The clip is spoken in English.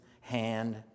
hand